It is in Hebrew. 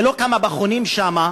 זה לא כמה פחונים שם.